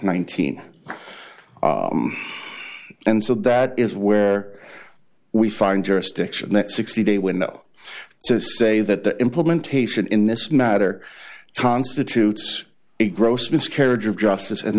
nineteen and so that is where we find jurisdiction that sixty day window so to say that the implementation in this matter constitutes a gross miscarriage of justice and